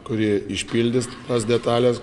kuri išpildys tas detales